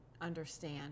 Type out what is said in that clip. understand